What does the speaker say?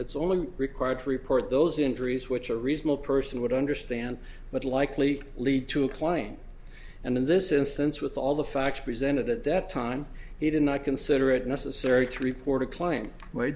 it's only required to report those injuries which a reasonable person would understand but likely lead to a claim and in this instance with all the facts presented at that time he did not consider it necessary to report